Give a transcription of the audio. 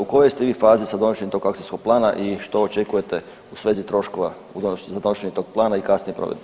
U kojoj ste vi fazi sa donošenjem tog akcijskog plana i što očekujete u svezi troškova za donošenje tog plana i kasnije provedbe?